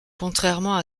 contrairement